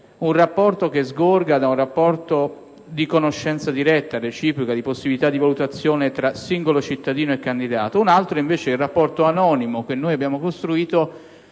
un rapporto che sgorga da una conoscenza diretta e reciproca e da una possibilità di valutazione tra singolo cittadino e candidato; altro conto è il rapporto anonimo che abbiamo costruito